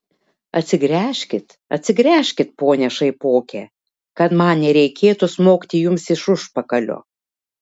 atsigręžkit atsigręžkit pone šaipoke kad man nereikėtų smogti jums iš užpakalio